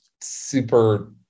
super